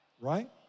right